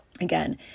Again